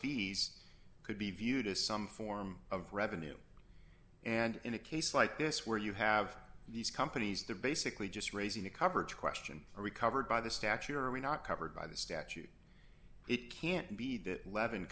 fees could be viewed as some form of revenue and in a case like this where you have these companies they're basically just raising the coverage question are we covered by this to actually or are we not covered by the statute it can't be that l